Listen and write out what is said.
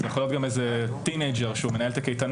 זה יכול להיות גם טין אייג'ר שהוא מנהל את הקייטנה,